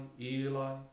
Eli